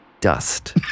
dust